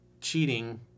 cheating